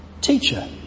Teacher